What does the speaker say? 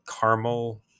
caramel